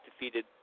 defeated